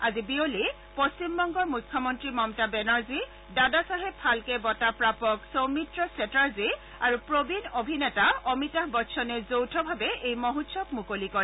আজি বিয়লি পশ্চিমবংগৰ মুখমন্ত্ৰী মমতা বেনাৰ্জী দাদচাহেব ফাল্কে বঁটা প্ৰাপক চৌমিত্ৰ চেতাৰ্জী আৰু প্ৰবীন অভিনেতা অমিতাভ বচ্চনে যৌথভাবে এই মহোৎসৱ মুকলি কৰে